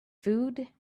food